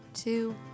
two